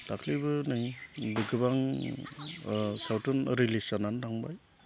दाखालिबो नै गोबां सावथुन रिलिज जानानै थांबाय